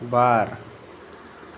ᱵᱟᱨ